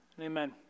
amen